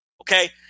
Okay